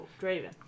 Draven